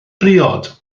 briod